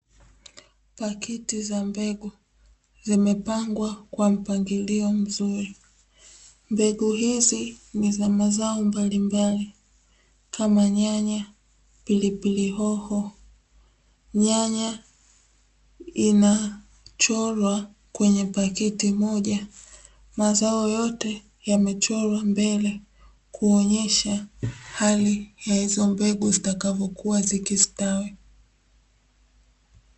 Pakiti za mbegu zimepangwa kwa mpangilio mzuri. Mbegu hizi ni za mazao mbalimbali. Kama nyanya, pilipili hoho, nyanya imechorwa kwenye pakiti moja. Mazao yote yamechorwa mbele kuonyesha hali ya hizo mbegu zitakavyokuwa zikistawi.